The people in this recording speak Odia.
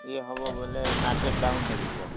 ଇଏ ହବ ବୋଲେ ମାର୍କେଟ୍ ଡାଉନ୍ ହେଇଯିବ